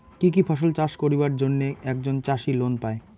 কি কি ফসল চাষ করিবার জন্যে একজন চাষী লোন পায়?